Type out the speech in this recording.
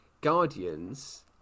Guardians